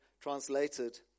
translated